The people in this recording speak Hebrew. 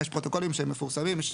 יש פרוטוקולים שמפורסמים.